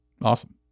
Awesome